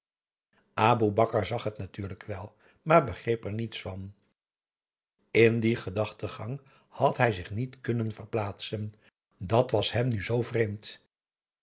aboe bakar zag het natuurlijk wel maar begreep er niets van in dien gedachtengang had hij zich niet kunnen verplaatsen dàt was hem nu zoo vreemd